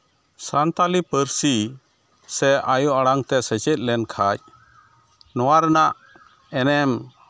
ᱥᱟᱱᱛᱟᱞᱤ ᱯᱟᱹᱨᱥᱤ ᱥᱮ ᱟᱭᱳ ᱟᱲᱟᱝ ᱛᱮ ᱥᱮᱪᱮᱫ ᱞᱮᱱᱠᱷᱟᱡ ᱱᱚᱣᱟ ᱨᱮᱱᱟᱜ ᱮᱱᱮᱢ